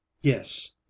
Yes